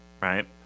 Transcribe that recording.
right